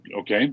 Okay